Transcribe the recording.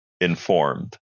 informed